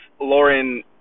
Lauren